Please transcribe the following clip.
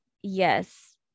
yes